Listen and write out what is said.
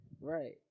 Right